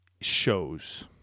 shows